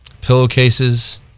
pillowcases